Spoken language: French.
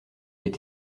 est